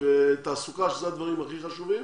שאלה הדברים הכי חשובים.